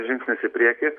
žingsnis į priekį